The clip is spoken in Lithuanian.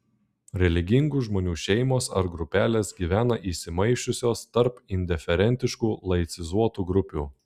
religingų žmonių šeimos ar grupelės gyvena įsimaišiusios tarp indiferentiškų laicizuotų grupių